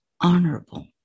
honorable